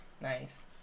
Nice